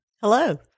Hello